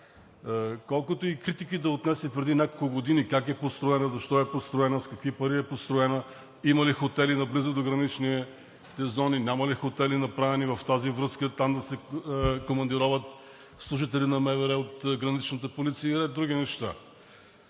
колкото и критики да отнесе преди няколко години – как е построена, защо е построена, с какви пари е построена, има ли хотели наблизо до граничните зони, няма ли хотели, направени в тази връзка, и там да се командироват служители на МВР от „Граничната полиция“ и други неща,